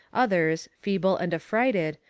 others, feeble and affrighted,